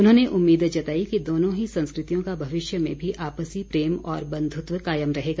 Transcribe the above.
उन्होंने उम्मीद जताई कि दोनों ही संस्कृतियों का भविष्य में भी आपसी प्रेम और बंधुत्व कायम रहेगा